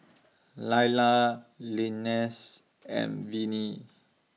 Laila Linsey and Vinnie